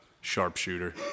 sharpshooter